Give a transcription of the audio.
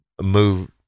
move